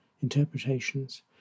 interpretations